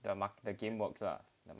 the mark the game works lah